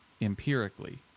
empirically